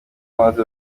maze